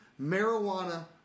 marijuana